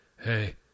hey